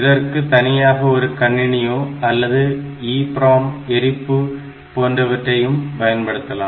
இதற்கு தனியாக ஒரு கணினியோ அல்லது EPROM எரிப்பு போன்றவற்றை பயன்படுத்தப்படலாம்